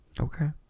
Okay